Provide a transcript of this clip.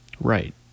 Right